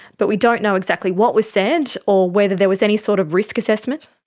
but we don't know exactly what was said, or whether there was any sort of risk assessment?